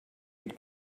had